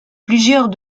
plusieurs